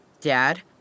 Dad